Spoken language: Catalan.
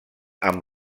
amb